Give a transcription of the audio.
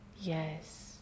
Yes